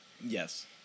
Yes